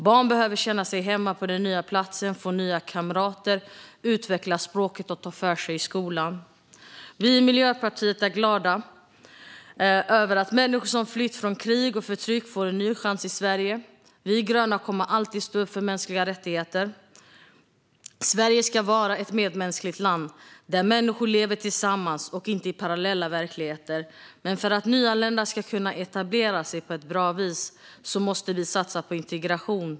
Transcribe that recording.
Barn behöver känna sig hemma på den nya platsen, få nya kamrater, utveckla språket och ta för sig i skolan. Vi i Miljöpartiet är glada över att människor som flytt från krig och förtryck får en ny chans i Sverige. Vi gröna kommer alltid att stå upp för mänskliga rättigheter. Sverige ska vara ett medmänskligt land där människor lever tillsammans och inte i parallella verkligheter. Men för att nyanlända ska kunna etablera sig på ett bra vis måste vi satsa på integration.